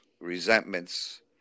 resentments